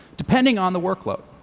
depending on the workload.